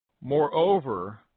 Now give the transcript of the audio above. Moreover